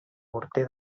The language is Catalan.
morter